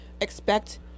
expect